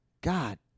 God